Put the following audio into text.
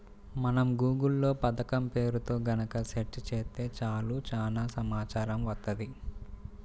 మనం గూగుల్ లో పథకం పేరుతో గనక సెర్చ్ చేత్తే చాలు చానా సమాచారం వత్తది